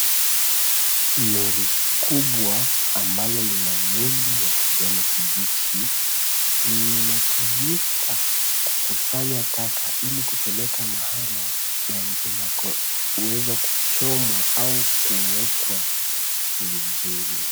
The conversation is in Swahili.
Lori kubwa ambalo lina mwili wa kijani kibichi linatumika kukusanya taka ili kupeleka mahala inapoweza kuchomwa au kuwekwa vizuri.